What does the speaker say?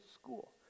school